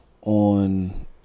on